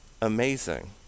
Amazing